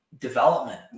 development